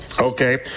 Okay